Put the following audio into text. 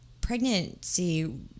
pregnancy